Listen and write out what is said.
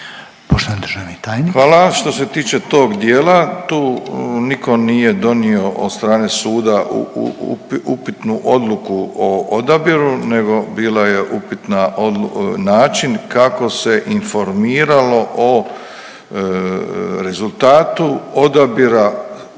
**Milatić, Ivo** Hvala. Što se tiče tog dijela tu nitko nije donio od strane suda upitnu odluku o odabiru, nego bio je upitni način kako se informiralo o rezultatu odabira